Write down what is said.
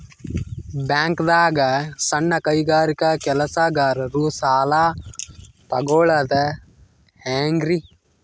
ಬ್ಯಾಂಕ್ದಾಗ ಸಣ್ಣ ಕೈಗಾರಿಕಾ ಕೆಲಸಗಾರರು ಸಾಲ ತಗೊಳದ್ ಹೇಂಗ್ರಿ?